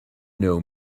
know